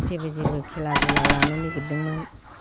जेबो जेबो खेला दुला लानो नागिरदोंमोन